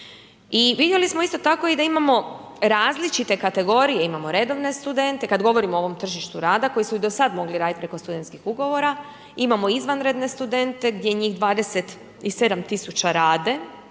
I vidjeli smo isto tako i da imamo različite kategorije, imamo redovne studente, kad govorimo o ovom tržištu rada, koji su i do sad mogli raditi preko studentskih ugovora, imamo izvanredne studente, gdje njih 27000 rade,